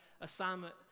assignment